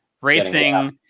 racing